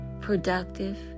productive